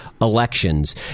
elections